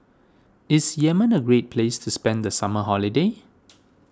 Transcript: is Yemen a great place to spend the summer holiday